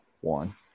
One